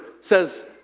says